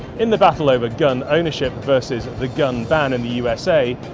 in the battle over gun ownership versus the gun ban in the usa,